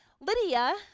Lydia